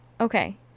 Okay